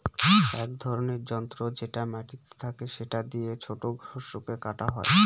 এক ধরনের যন্ত্র যেটা মাটিতে থাকে সেটা দিয়ে ছোট শস্যকে কাটা হয়